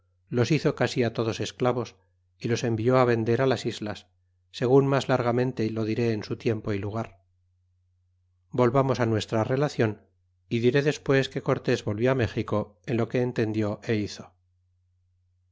los hizo casi todos esclavos y los envió vender las islas segun mas largamente lo diré en su tiempo y lugar volvamos á nuestra relacion y diré despues que cortés volvió méxico en lo que entendió e hizo